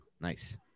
nice